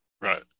Right